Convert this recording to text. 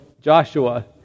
Joshua